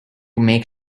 make